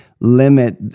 limit